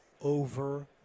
over